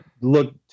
look